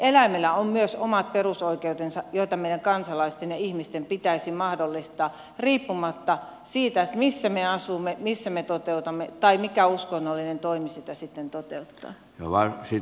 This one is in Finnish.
eläimellä on myös omat perusoikeutensa jotka meidän kansalaisten ja ihmisten pitäisi mahdollistaa riippumatta siitä missä me asumme missä me toteutamme tai mikä uskonnollinen toimi sitä sitten toteuttaa